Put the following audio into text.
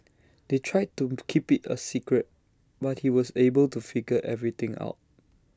they tried to keep IT A secret but he was able to figure everything out